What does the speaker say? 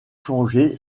changé